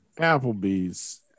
Applebee's